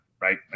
right